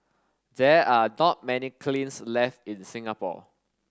there are not many kilns left in Singapore